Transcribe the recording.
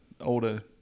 older